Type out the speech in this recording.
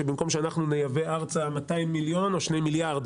שבמקום שאנחנו נייבא ארצה 200 מיליון או שני מיליארד,